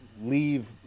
leave